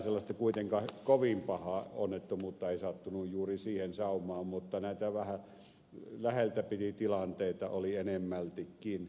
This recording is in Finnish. mitään sellaista kovin pahaa onnettomuutta ei kuitenkaan sattunut juuri siihen saumaan mutta näitä läheltä piti tilanteita oli enemmältikin